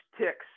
ticks